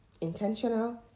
intentional